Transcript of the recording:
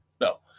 No